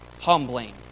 Humbling